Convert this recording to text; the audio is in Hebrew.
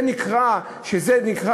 זה נקרא משילות?